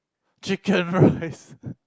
chicken rice